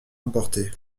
emporté